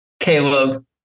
Caleb